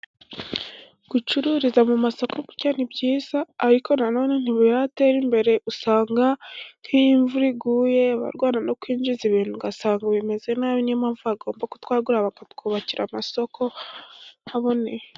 Gucururiza mu masoko burya ni byiza, ariko na none ntibiratera imbere, usanga nk'iyo imvura iguye barwana no kwinjiza ibintu, ugasanga bimeze nabi, ni yo mpamvu bagomba kutwagura bakatwubakira amasoko aboneye.